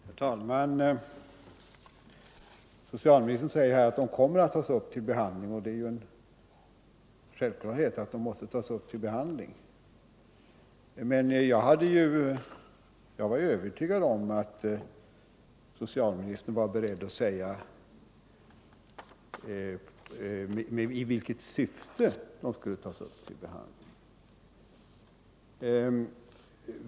Herr talman! Socialministern säger att frågan om pensionärernas bostadstillägg kommer att tas upp till behandling. Det är en självklarhet att den måtte tas upp till behandling. Men jag var övertygad om att socialministern skulle vara beredd att säga i vilket syfte den skulle tas upp till behandling.